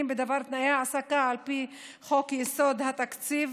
בדבר תנאי ההעסקה על פי חוק יסודות התקציב,